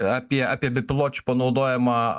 apie apie bepiločių panaudojimą